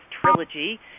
Trilogy